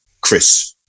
Chris